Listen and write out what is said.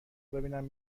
ببینم